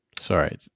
sorry